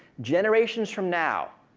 generations from now,